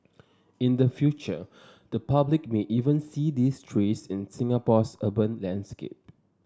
in the future the public may even see these trees in Singapore's urban landscape